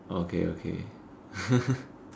okay okay